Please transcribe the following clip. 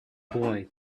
boy